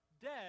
dead